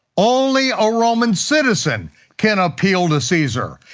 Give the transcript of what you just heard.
only a roman citizen can appeal to caesar.